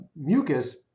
mucus